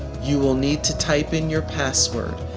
you will need to type in your password,